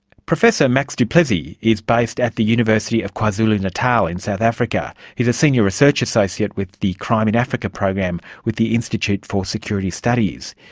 professor max du plessis is based at the university of kwazulu-natal in south africa. he's a senior research associate with the crime in africa program with the institute for security studies.